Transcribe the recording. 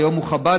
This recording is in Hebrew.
היום הוא חב"דניק,